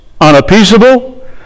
unappeasable